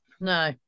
No